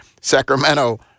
Sacramento